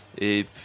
Et